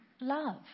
Love